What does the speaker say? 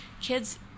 kids